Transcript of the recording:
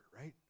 right